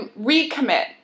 recommit